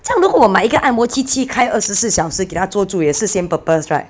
这样如果我买一个按摩机器开二十四小时给她坐住也是 same purpose [right]